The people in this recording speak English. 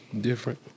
Different